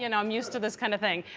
you know i'm used to this kinda thing.